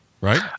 right